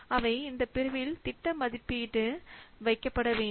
அவை இந்த பிரிவில் திட்ட மதிப்பீடுவைக்கப்படவேண்டும்